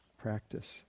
Practice